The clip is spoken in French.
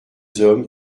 hommes